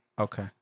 Okay